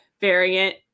variant